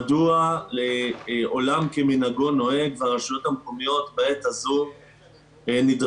מדוע עולם כמנהגו נוהג והרשויות המקומיות בעת הזו נדרשות